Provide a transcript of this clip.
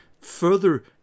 further